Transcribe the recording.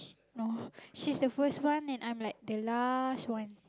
no she's the first one and I'm like the last one